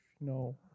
No